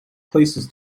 places